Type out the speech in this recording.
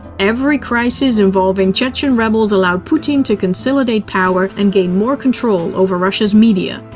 every crisis involving chechen rebels allowed putin to consolidate power and gain more control over russia's media,